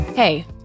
Hey